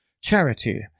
Charity